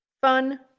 fun